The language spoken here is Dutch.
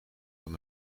van